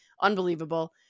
Unbelievable